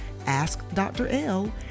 askdrl